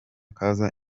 kaza